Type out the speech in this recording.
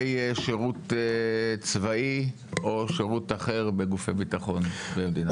שירות צבאי או שירות אחר בגופי ביטחון במדינת ישראל?